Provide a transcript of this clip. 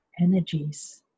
energies